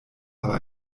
aber